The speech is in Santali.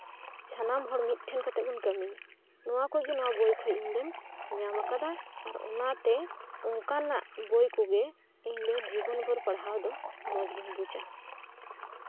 ᱥᱟᱱᱟᱢ ᱦᱚᱲ ᱢᱤᱫᱴᱷᱮᱱ ᱠᱟᱛᱮᱫ ᱵᱚᱱ ᱠᱟᱹᱢᱤ ᱱᱚᱶᱟ ᱠᱚᱜᱮ ᱱᱚᱶᱟ ᱵᱳᱭ ᱠᱷᱚᱱ ᱤᱧ ᱫᱩᱧ ᱧᱟᱢ ᱟᱠᱟᱫᱟ ᱚᱱᱟᱛᱮ ᱚᱱᱠᱟᱱᱟᱜ ᱵᱳᱭ ᱠᱚᱜᱮ ᱤᱧ ᱫᱚ ᱡᱤᱵᱚᱱ ᱵᱷᱳᱨ ᱯᱟᱲᱦᱟᱣ ᱫᱚ ᱢᱚᱸᱡᱽ ᱜᱤᱧ ᱵᱩᱡᱟ